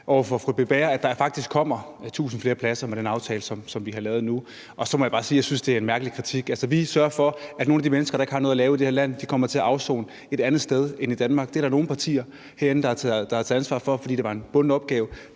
over for fru Britt Bager, at der faktisk kommer tusind flere pladser med den aftale, som vi har lavet nu. Og så må jeg bare sige, at jeg synes, det er en mærkelig kritik. Altså, vi sørger for, at nogle af de mennesker, der ikke har noget at lave i det her land, kommer til at afsone et andet sted end i Danmark. Det er der nogle partier herinde, der har taget ansvar for, fordi det var en bunden opgave.